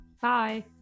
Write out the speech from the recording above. Bye